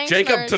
Jacob